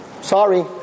Sorry